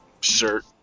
shirt